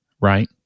right